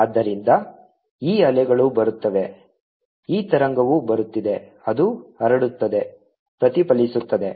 ಆದ್ದರಿಂದ ಈ ಅಲೆಗಳು ಬರುತ್ತವೆ ಈ ತರಂಗವು ಬರುತ್ತಿದೆ ಅದು ಹರಡುತ್ತದೆ ಪ್ರತಿಫಲಿಸುತ್ತದೆ